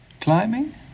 Climbing